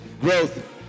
growth